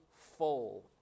full